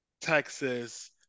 Texas